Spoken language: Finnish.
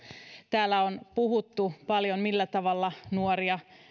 täällä on puhuttu paljon siitä millä tavalla nuoria